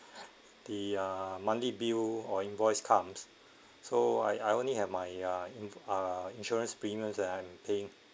the uh monthly bill or invoice comes so I I only have my uh in uh insurance premiums that I'm paying